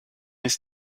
ist